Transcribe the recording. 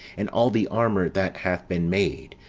and all the armour that hath been made,